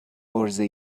عرضه